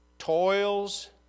Toils